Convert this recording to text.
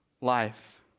life